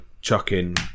chucking